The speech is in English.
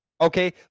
okay